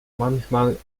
manchmal